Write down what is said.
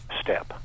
step